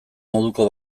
moduko